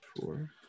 four